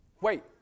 Wait